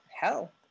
Hell